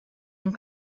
and